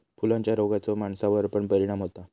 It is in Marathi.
फुलांच्या रोगाचो माणसावर पण परिणाम होता